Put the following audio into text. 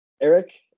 Eric